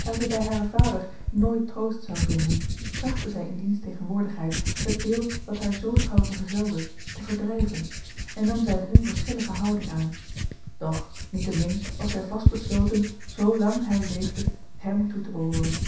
daar zij bij haren vader nooit troost zou vinden trachtte zij in diens tegenwoordigheid het beeld dat haar zoo trouw vergezelde te verdrijven en nam zij eene onverschillige houding aan doch niettemin was zij vast besloten zoo lang hij leefde hem toe te behooren